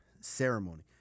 ceremony